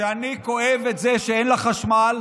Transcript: שאני כואב את זה שאין לה חשמל,